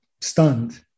stunned